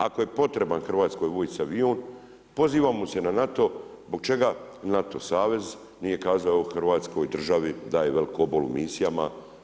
Ako je potreban Hrvatskoj vojsci avion pozivamo se na NATO zbog čega NATO savez nije kazao Hrvatskoj državi daje veliki obol misijama.